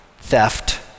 theft